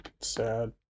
Sad